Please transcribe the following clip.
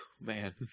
Man